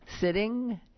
Sitting